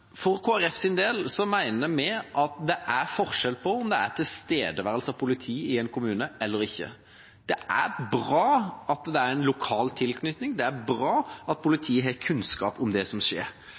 at det er forskjell på om det er tilstedeværelse av politi i en kommune eller ikke. Det er bra at det er en lokal tilknytning, det er bra at politiet har kunnskap om det som skjer.